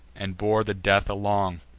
and bore the death along.